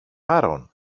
παρών